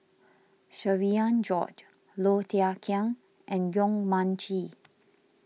Cherian George Low Thia Khiang and Yong Mun Chee